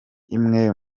imwe